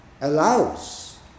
allows